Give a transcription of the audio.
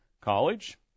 College